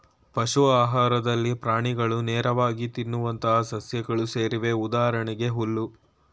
ಪಶು ಆಹಾರದಲ್ಲಿ ಪ್ರಾಣಿಗಳು ನೇರವಾಗಿ ತಿನ್ನುವಂತಹ ಸಸ್ಯಗಳು ಸೇರಿವೆ ಉದಾಹರಣೆಗೆ ಹುಲ್ಲು